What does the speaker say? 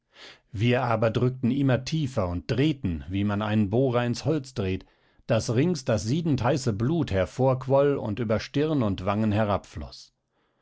wir aber drückten immer tiefer und drehten wie man einen bohrer ins holz dreht daß rings das siedendheiße blut hervorquoll und über stirn und wangen